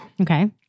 Okay